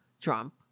Trump